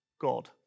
God